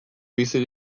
bizi